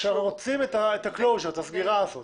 עכשיו רוצים את הסגירה הזאת.